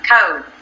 code